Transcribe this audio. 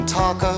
talk